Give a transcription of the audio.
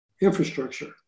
infrastructure